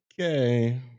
Okay